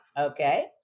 Okay